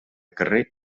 carrer